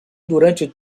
durante